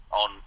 on